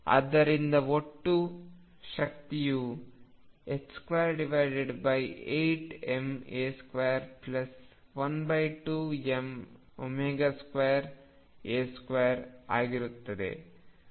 ಆದ್ದರಿಂದ ಒಟ್ಟು ಶಕ್ತಿಯು 28ma212m2a2 ಆಗಿರುತ್ತದೆ